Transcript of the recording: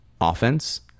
offense